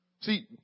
See